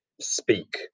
speak